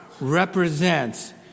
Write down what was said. represents